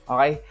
Okay